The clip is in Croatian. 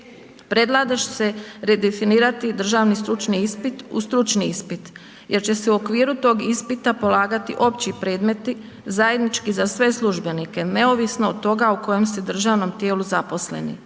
Predlaže se redefinirati državni stručni ispit u stručni ispit jer će se u okviru tog ispita polagati opći predmeti zajednički za sve službenike neovisno od toga u kojem su državnom tijelu zaposleni.